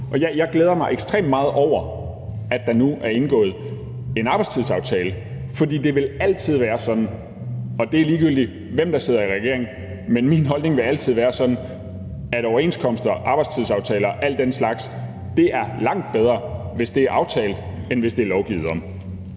jeg glæder mig ekstremt meget over, at der nu er indgået en arbejdstidsaftale, for min holdning vil altid være sådan, ligegyldigt hvem der sidder i regering, at overenskomster, arbejdstidsaftaler og al den slags er langt bedre, hvis det er aftalt, end hvis der er lovgivet om